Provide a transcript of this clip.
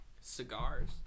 cigars